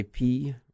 IP